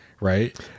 Right